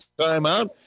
timeout